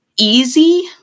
easy